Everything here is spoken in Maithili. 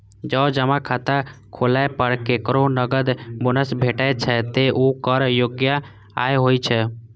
जौं जमा खाता खोलै पर केकरो नकद बोनस भेटै छै, ते ऊ कर योग्य आय होइ छै